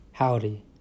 Howdy